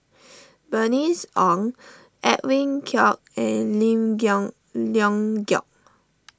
Bernice Ong Edwin Koek and Lim Leong Geok